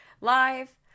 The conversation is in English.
live